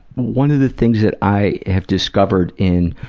one of the things that i have discovered in